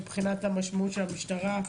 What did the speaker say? מבחינת המשמעות של המשטרה,